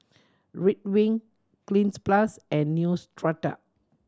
Ridwind Cleanz Plus and Neostrata